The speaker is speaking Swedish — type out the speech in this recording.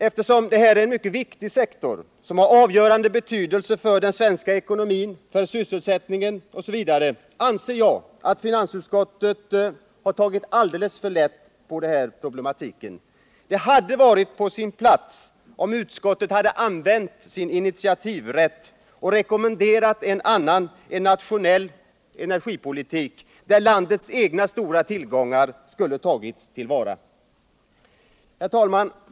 Eftersom detta är en mycket viktig sektor som har avgörande betydelse för den svenska ekonomin, sysselsättningen osv. anser jag att finansutskottet tagit alltför lätt på problematiken. Det hade varit på sin plats om utskottet använt sin initiativrätt och rekommenderat en annan, en nationell energipolitik, där landets egna stora tillgångar skulle ha tagits till vara. Herr talman!